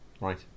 Right